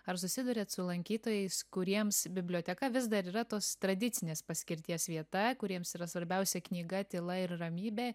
ar susiduriat su lankytojais kuriems biblioteka vis dar yra tos tradicinės paskirties vieta kuriems yra svarbiausia knyga tyla ir ramybė